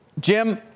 Jim